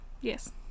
Yes